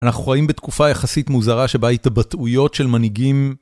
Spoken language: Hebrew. אנחנו חיים בתקופה יחסית מוזרה שבה התבטאויות של מנהיגים...